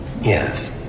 Yes